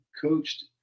coached